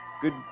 Good